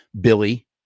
billy